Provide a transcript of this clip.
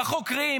בחוקרים,